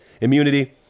immunity